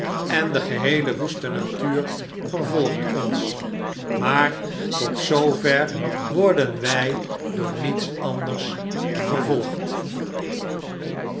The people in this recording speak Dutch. en de geheele woeste natuur vervolgt ons maar tot zoover worden wjj door niets anders vervolgd